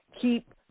keep